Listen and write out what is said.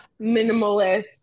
minimalist